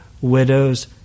widows